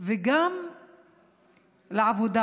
ושל עבודה.